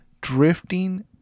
drifting